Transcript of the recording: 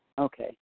Okay